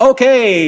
Okay